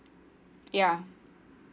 ya